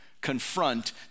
confront